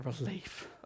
relief